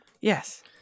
yes